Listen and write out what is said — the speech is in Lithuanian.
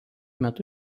metu